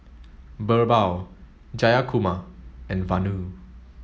Birbal Jayakumar and Vanu